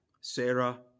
Sarah